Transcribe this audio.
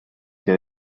que